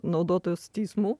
naudotojas teismų